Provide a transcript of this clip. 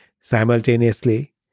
simultaneously